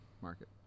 market